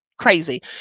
Crazy